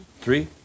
Three